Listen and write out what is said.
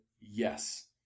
Yes